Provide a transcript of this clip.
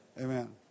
Amen